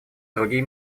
другие